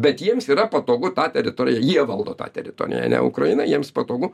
bet jiems yra patogu tą teritoriją jie valdo tą teritoriją ne ukraina jiems patogu